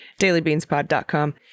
dailybeanspod.com